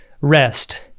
rest